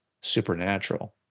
supernatural